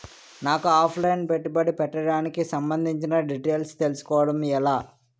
నాకు offline పెట్టుబడి పెట్టడానికి సంబందించిన డీటైల్స్ తెలుసుకోవడం ఎలా?